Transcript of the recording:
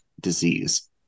disease